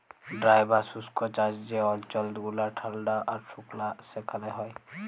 dry বা শুস্ক চাষ যে অল্চল গুলা ঠাল্ডা আর সুকলা সেখালে হ্যয়